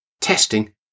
testing